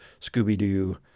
Scooby-Doo